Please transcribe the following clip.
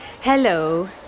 hello